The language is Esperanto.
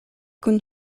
kun